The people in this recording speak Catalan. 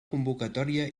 convocatòria